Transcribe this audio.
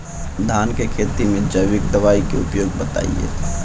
धान के खेती में जैविक दवाई के उपयोग बताइए?